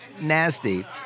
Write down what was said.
nasty